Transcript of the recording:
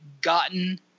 gotten